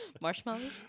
Marshmallows